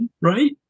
Right